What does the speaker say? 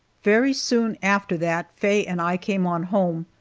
very soon after that faye and i came on home,